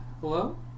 Hello